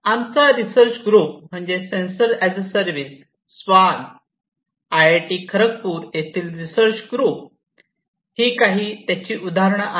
आमचा research group म्हणजे sensor as a service स्वान आयआयटी खरगपूर येथील रिसर्च ग्रुप हे काही ही उदाहरणं आहेत